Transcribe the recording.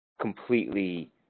completely